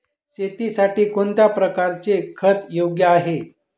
शेतीसाठी कोणत्या प्रकारचे खत योग्य आहे?